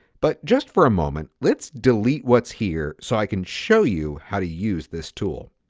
but just for a moment let's delete what's here so i can show you how to use this tool.